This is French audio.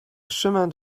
chemin